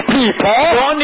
people